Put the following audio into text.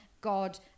God